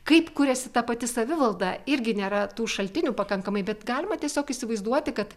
kaip kūrėsi ta pati savivalda irgi nėra tų šaltinių pakankamai bet galima tiesiog įsivaizduoti kad